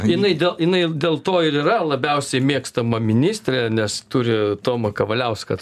jinai dėl jinai ir dėl to ir yra labiausiai mėgstama ministrė nes turi tomą kavaliauską